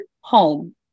home